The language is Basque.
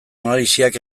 analisiak